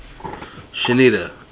Shanita